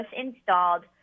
installed